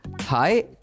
Hi